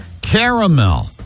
Caramel